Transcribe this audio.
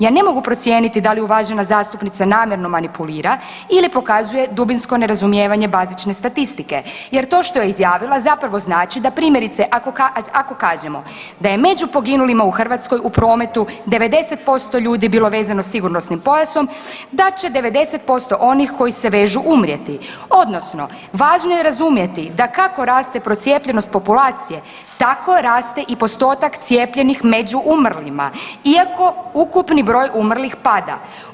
Ja ne mogu procijeniti da li je uvažena zastupnica namjerno manipulira ili pokazuje dubinsko nerazumijevanje bazične statistike jer to što je izjavila zapravo znači da primjerice ako kažemo da je među poginulima u Hrvatskoj u prometu 90% ljudi bilo vezano sigurnosnim pojasom da će 90% onih koji se vežu umrijeti odnosno važno je razumjeti da kako raste procijepljenost populacije tako raste i postotak cijepljenih među umrlima, iako ukupni broj umrlih pada.